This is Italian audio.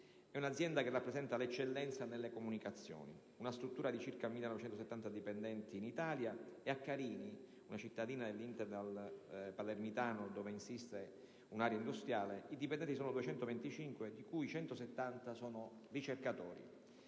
di un'azienda che rappresenta l'eccellenza nelle comunicazioni, con una struttura di circa 1.970 dipendenti in Italia; a Carini, una cittadina dell'*hinterland* palermitano dove insiste un'area industriale, i dipendenti sono 225, di cui 170 ricercatori.